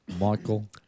Michael